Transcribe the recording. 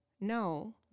No